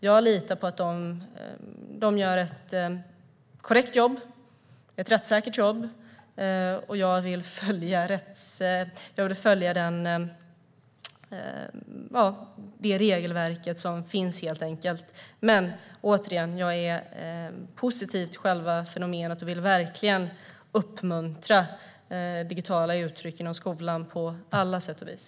Jag litar på att de gör ett korrekt och rättssäkert jobb, och jag vill följa det regelverk som finns, helt enkelt. Återigen: Jag är positiv till själva fenomenet och vill verkligen uppmuntra digitala uttryck inom skolan på alla sätt och vis.